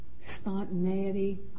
spontaneity